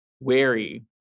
wary